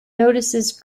notices